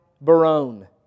Barone